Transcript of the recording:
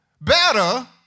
better